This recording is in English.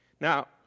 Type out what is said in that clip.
Now